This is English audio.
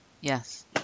Yes